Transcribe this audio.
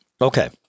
Okay